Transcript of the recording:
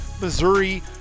missouri